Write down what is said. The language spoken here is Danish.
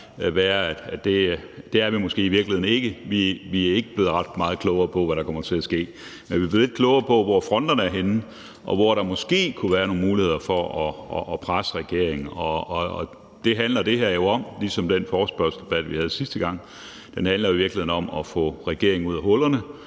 det er vi måske i virkeligheden ikke, vi er ikke blevet ret meget klogere på, hvad der kommer til at ske, men vi er blevet lidt klogere på, hvor fronterne er henne, og hvor der måske kunne være nogle muligheder for at presse regeringen. Det handler det her jo om, ligesom den forespørgselsdebat, vi havde sidste gang, gjorde. Det handler i virkeligheden om at få regeringen ud af hullerne